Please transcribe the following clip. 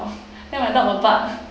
then my dog will bark